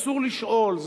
אסור לשאול,